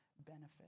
benefit